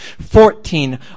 Fourteen